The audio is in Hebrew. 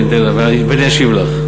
אני אבדוק ואני אשיב לך.